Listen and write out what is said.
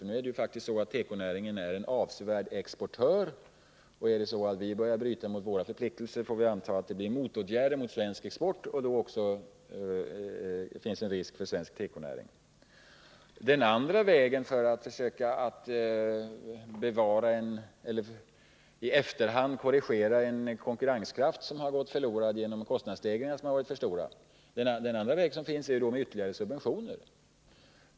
Det är faktiskt så, att tekonäringen är en avsevärd exportör, och börjar vi bryta mot våra förpliktelser får vi anta att det blir motåtgärder mot svensk export, och då finns också risk för att svensk tekonäring drabbas. Den andra vägen att gå för att försöka att bevara eller i efterhand korrigera en konkurrenskraft som har gått förlorad genom att kostnadsstegringarna varit för stora är ytterligare subventioner.